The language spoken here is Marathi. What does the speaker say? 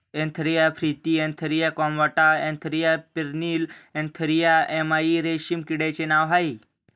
Antheraea frithi Antheraea compta Antheraea pernyi Antheraea yamamai रेशीम किड्याचे नाव आहे